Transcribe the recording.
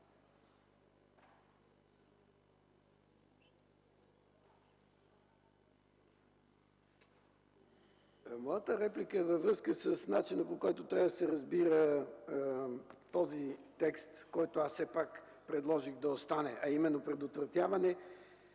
Моята реплика е във връзка с начина, по който трябва да се разбира този текст, който аз все пак предложих да остане, а именно: „Предотвратяване